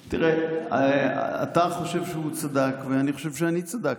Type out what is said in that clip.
תראה, אתה חושב שהוא צדק, ואני חושב שאני צדקתי.